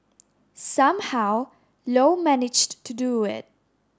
somehow Low managed to do it